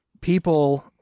people